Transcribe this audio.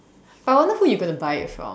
but I wonder who you gonna buy it from